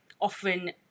often